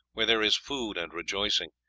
where there is food and rejoicing.